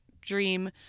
dream